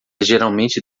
geralmente